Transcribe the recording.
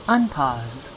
Unpause